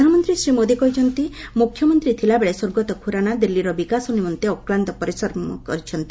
ପ୍ରଧାନମନ୍ତ୍ରୀ ଶ୍ରୀ ମୋଦି କହିଛନ୍ତି ମୁଖ୍ୟମନ୍ତ୍ରୀ ଥିଲାବେଳେ ସ୍ୱର୍ଗତ ଖୁରାନା ଦିଲ୍ଲୀର ବିକାଶ ନିମନ୍ତେ ଅକ୍ଲାନ୍ତ ପରିଶ୍ରମ କରିଛନ୍ତି